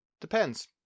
Depends